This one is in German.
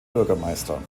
bürgermeister